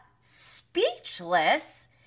speechless